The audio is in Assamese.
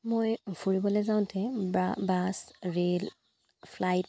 মই ফুৰিবলৈ যাওঁতে বাছ ৰে'ল ফ্লাইট